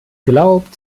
glaubt